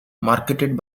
marketed